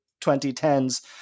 2010s